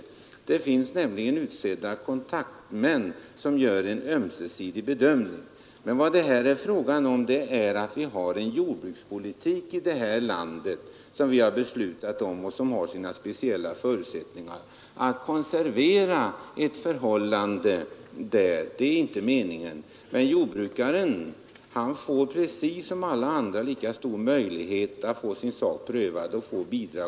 Kontaktmän finns nämligen utsedda mellan dessa organ som gör en ömsesidig bedömning. Men vad det här är fråga om är att vi har en jordbrukspolitik i detta land som riksdagen beslutat om och som har sina speciella förutsättningar. Jordbrukaren har precis lika stora möjligheter som alla andra att få sin sak prövad samt att erhålla bidrag o. d., och jag kan inte finna att det är diskriminerande. 16 miljoner kronor, vilket är anslaget till näringshjälp, skulle inte räcka långt här.